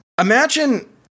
Imagine